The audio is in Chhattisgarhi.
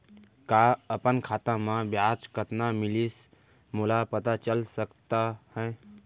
का अपन खाता म ब्याज कतना मिलिस मोला पता चल सकता है?